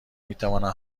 میتوانم